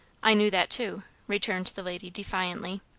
i knew that too, returned the lady defiantly.